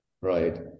right